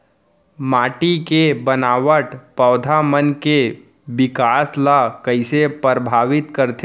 माटी के बनावट पौधा मन के बिकास ला कईसे परभावित करथे